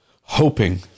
hoping